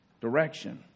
direction